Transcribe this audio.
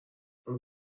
اون